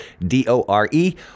D-O-R-E